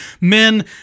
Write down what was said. men